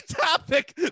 topic